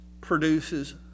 produces